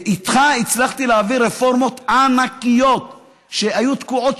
ואיתך הצלחתי להעביר רפורמות ענקיות שהיו תקועות,